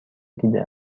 دیده